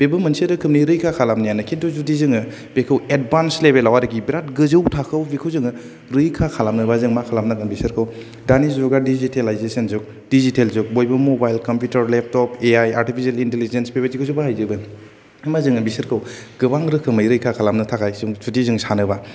बेबो मोनसे रोखोमनि रैखा खालामनायानो किन्तु जुदि जोङो बेखौ एडभान्स लेभेलाव आरोखि बिराद गोजौ थाखोयाव बेखौ जोङो रैखा खालामनोबा जोङो मा खालामनांगोन बेसोरखौ दानि जुगा डिजिटेलायजेसननि जुग डिजिटेल जुग बयबो mobile computer laptop A I artificial intelligence बेबादिखौसो बाहायजोबो होमबा जोङो बेसोरखौ गोबां रोखोमै रैखा खालामनो थाखाय जुदि जों सानोब्ला